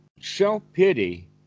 self-pity